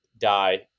Die